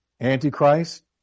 Antichrist